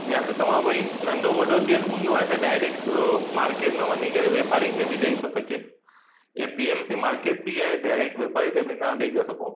या त तव्हां भई नंढो वॾो केरु हूंदो आहे त डायरेक्ट मार्केट में वञी करे व्यापारी खे बि थो ॾई सघे A P M C market बि आहे डायरेक्ट व्यापारी खे बि तव्हां ॾई था सघो